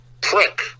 prick